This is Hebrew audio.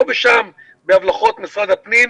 פה ושם ממשרד הפנים,